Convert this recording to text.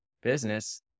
business